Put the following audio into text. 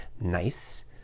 nice